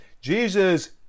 jesus